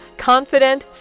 Confident